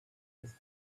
with